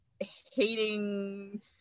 hating